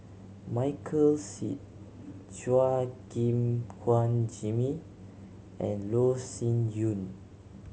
Michael Seet Chua Gim Guan Jimmy and Loh Sin Yun